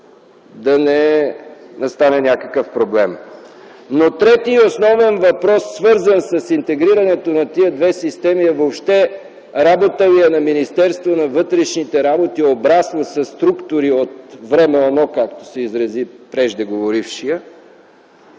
да не стане някакъв проблем. Третият основен въпрос, свързан с интегрирането на тези две системи, е дали това е работа на Министерството на вътрешните работи, обрасло със структури от време оно, както се изрази преждеговорившият